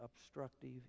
obstructive